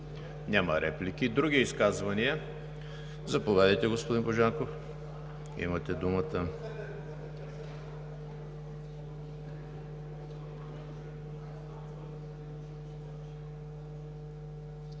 Няма реплики. Други изказвания? Заповядайте, господин Божанков. ЯВОР